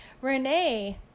Renee